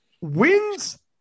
wins